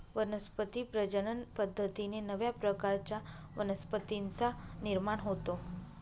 वनस्पती प्रजनन पद्धतीने नव्या प्रकारच्या वनस्पतींचा निर्माण होतो